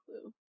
clue